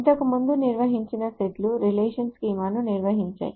ఇంతకుముందు నిర్వచించిన సెట్లు రిలేషన్ స్కీమాను నిర్వచించాయి